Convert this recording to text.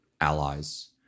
allies